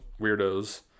weirdos